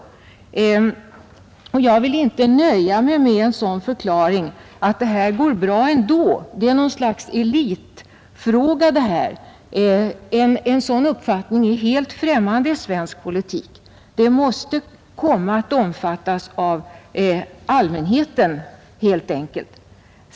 Jag vill inte nöja mig med förklaringen att det här går bra ändå, att det här är något slags elitfråga. En sådan uppfattning är helt främmande i svensk politik. Saken måste komma att omfattas av allmänheten helt enkelt.